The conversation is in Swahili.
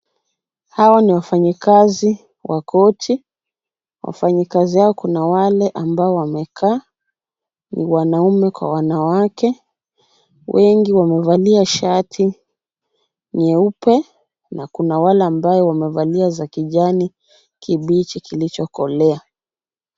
Hawa ni wafanyikazi wa korti. Wafanyikazi hawa kuna wale ambao wamekaa. Ni wanaume kwa wanawake. Wengi wamevalia shati nyeupe na kuna wale ambaye wamevalia za kijani kibichi kilichokolea.